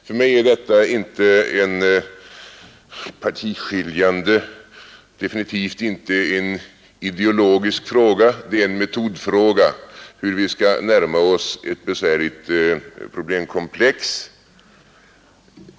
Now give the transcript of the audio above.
För mig är detta inte en partiskiljande och definitivt inte en ideologisk fråga; det är en metodfråga hur vi skall närma oss ett besvärligt problemkomplex.